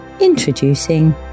Introducing